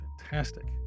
fantastic